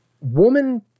woman